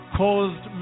caused